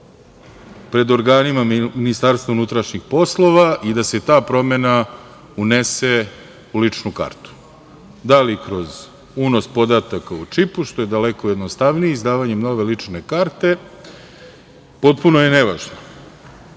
pred organima MUP-a i da se ta promena unese u ličnu kartu, da li kroz unos podataka u čipu, što je daleko jednostavnije, izdavanjem nove lične karte, potpuno je nevažno. Čak